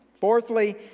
Fourthly